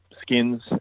skins